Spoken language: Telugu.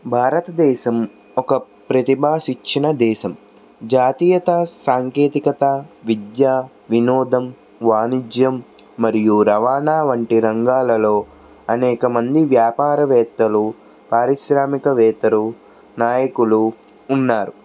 భారతదేశం ఒక ప్రతిభా శిక్షణ దేశం జాతీయత సాంకేతికత విద్యా వినోదం వాణిజ్యం మరియు రవాణా వంటి రంగాలలో అనేక మంది వ్యాపారవేత్తలు పారిశ్రామికవేత్తలు నాయకులు ఉన్నారు